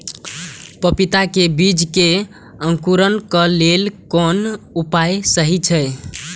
पपीता के बीज के अंकुरन क लेल कोन उपाय सहि अछि?